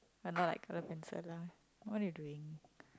but not like colour pencil lah what you're doing